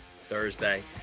Thursday